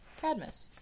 cadmus